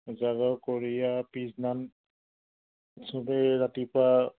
উজাগৰ কৰি আৰু পিছদিনাখন সবেই ৰাতিপুৱা